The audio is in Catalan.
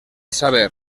saber